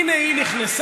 הינה היא נכנסה,